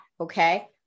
Okay